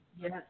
Yes